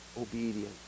obedience